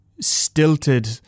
stilted